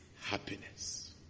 Happiness